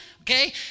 Okay